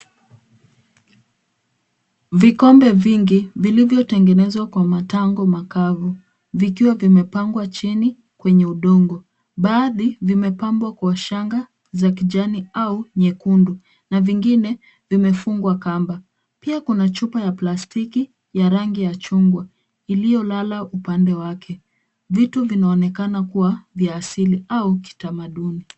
Vikombe vingi vilivyotengenezwa kwa matango makavu, vikiwa vimepangwa chini kwenye udongo. Baadhi vimepambwa kwa shanga za kijani au nyekundu na vingine vimefungwa kamba. Pia kuna chupa ya plastiki ya rangi ya chungwa iliyolala upande wake. Vitu vinaonekana kuwa vya asili au kitamaduni.